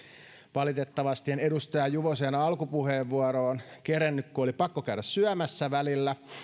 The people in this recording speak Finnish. valitettavasti en edustaja juvosen alkupuheenvuoroon kerennyt kun oli pakko käydä syömässä välillä